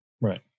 Right